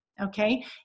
Okay